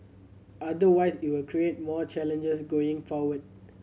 otherwise it will create more challenges going forward